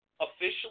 officially